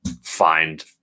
find